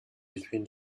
between